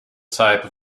type